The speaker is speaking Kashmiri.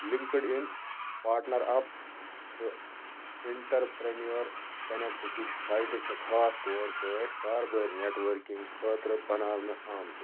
لِنکٕڈ اِن پارٹنر اَپ تہٕ انٹرپرینیور کنیکٹ ہِش سائٹہٕ چھِ خاص طور پٲٹھۍ کارٕبٲرۍ نیٹ ؤرکِنٛگ خٲطرٕ بَناونہٕ آمٕژ